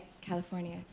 California